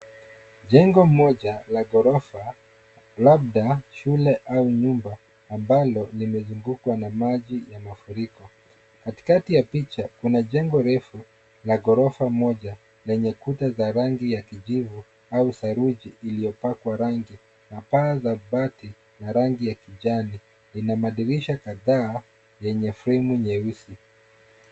Jengo moja la ghorofa labda shule au nyumba ambalo limezungukwa na maji ya mafuriko. Katikati ya picha kuna jengo refu la ghorofa moja lenye kuta za rangi ya kijivu au saruji iliyopakwa rangi na paa za bati ya rangi ya kijani ina madirisha kadhaa yenye fremu nyeusi.